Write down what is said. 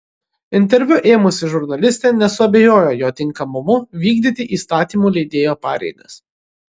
interviu ėmusi žurnalistė nesuabejojo jo tinkamumu vykdyti įstatymų leidėjo pareigas